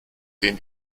denen